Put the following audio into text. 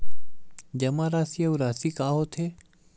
जमा राशि अउ राशि का होथे?